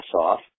off